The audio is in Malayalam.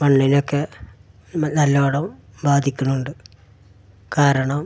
മണ്ണിനെ ഒക്കെ നല്ലോണം ബാധിക്കുന്നുണ്ട് കാരണം